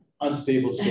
unstable